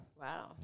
Wow